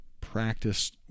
practice